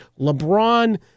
LeBron